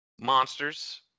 monsters